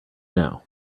now